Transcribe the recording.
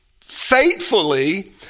faithfully